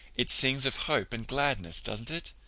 it sings of hope and gladness, doesn't it?